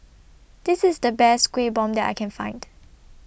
This IS The Best Kuih Bom that I Can Find